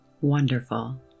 wonderful